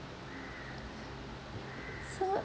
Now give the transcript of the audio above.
so